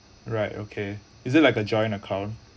right okay is it like a joint account